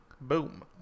Boom